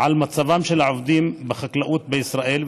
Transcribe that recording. על מצבם של העובדים בחקלאות בישראל,